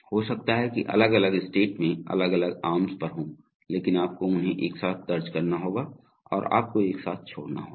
हो सकता है कि अलग अलग स्टेट में अलग अलग आर्म्स पर हो लेकिन आपको उन्हें एक साथ दर्ज करना होगा और आपको एक साथ छोड़ना होगा